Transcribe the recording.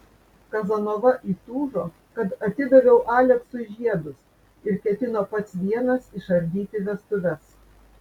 kazanova įtūžo kad atidaviau aleksui žiedus ir ketino pats vienas išardyti vestuves